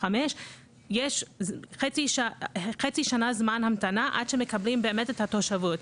א.5 יש חצי שנה זמן המתנה עד שמקבלים באמת את התושבות.